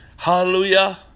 Hallelujah